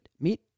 meet